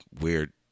weird